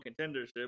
contendership